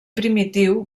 primitiu